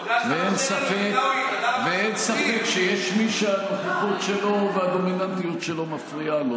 ואין ספק שיש מי שהנוכחות שלו והדומיננטיות שלו מפריעה לו.